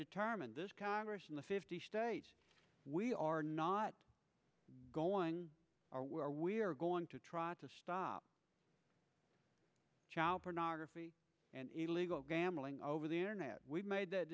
determined this congress in the fifty states we are not going are where we are going to try to stop child pornography and illegal gambling over the internet we've made that